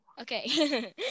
Okay